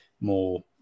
more